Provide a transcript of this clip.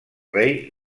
rei